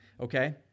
Okay